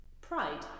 Pride